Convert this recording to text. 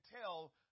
tell